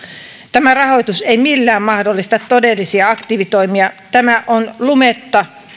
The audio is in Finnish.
tämä rahoitus ei millään mahdollista todellisia aktiivitoimia on lumetta